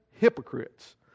hypocrites